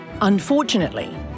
Unfortunately